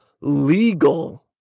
Legal